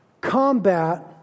combat